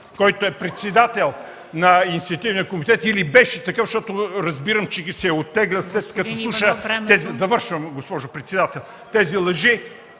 който е председател на Инициативния комитет, или беше такъв, защото разбирам, че се е оттеглил, след като слуша тези лъжи...